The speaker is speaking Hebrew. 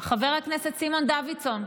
חבר הכנסת סימון דוידסון,